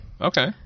Okay